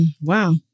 Wow